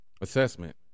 assessment